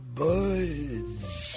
boys